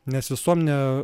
nes visuomenė